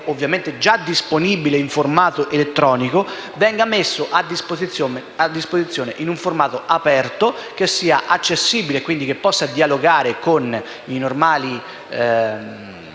attualmente è già disponibile in formato elettronico, venga messo a disposizione in un formato aperto ed accessibile, quindi che possa dialogare con i normali